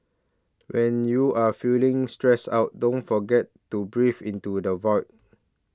when you are feeling stressed out don't forget to breathe into the void